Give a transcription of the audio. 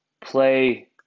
play